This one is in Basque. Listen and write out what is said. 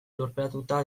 lurperatuta